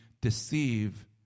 deceive